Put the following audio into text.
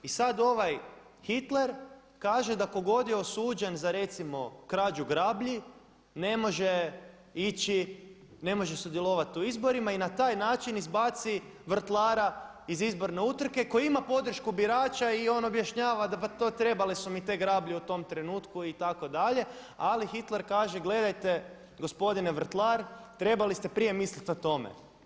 I sada ovaj Hitler kaže da tko god je osuđen za recimo krađu grablji ne može ići, ne može sudjelovati u izborima i na taj način izbaci vrtlara iz izborne utrke koji ima podršku birača i on objašnjava pa to, trebale su mi te grablje u tom trenutku itd., ali Hitler kaže gledajte gospodine vrtlar, trebali ste prije misliti o tome.